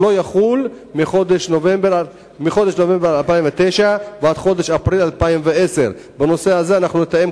לא יחול מחודש נובמבר 2009 עד חודש אפריל 2010. בנושא הזה אנחנו נתאם,